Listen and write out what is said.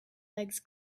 legs